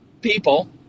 people